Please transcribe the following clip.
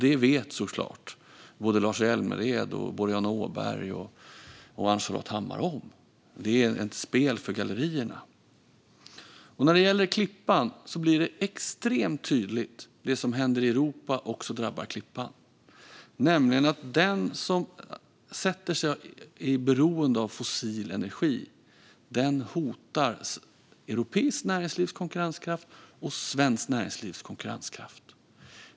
Det vet såklart såväl Lars Hjälmered som Boriana Åberg och Ann-Charlotte Hammar Johnsson. Det här är bara ett spel för gallerierna. Vad gäller Klippan blir det extremt tydligt. Det som händer i Europa drabbar också Klippan. Den som gör sig beroende av fossil energi hotar konkurrenskraften i både europeiskt och svenskt näringsliv.